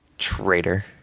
Traitor